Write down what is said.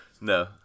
No